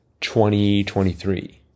2023